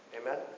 Amen